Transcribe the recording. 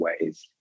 ways